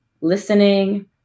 listening